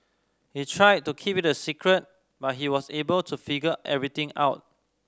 they tried to keep it a secret but he was able to figure everything out